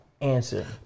answer